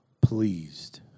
pleased